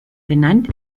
benannt